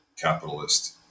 capitalist